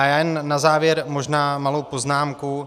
Já jen na závěr možná malou poznámku.